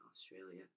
australia